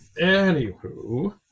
Anywho